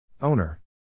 Owner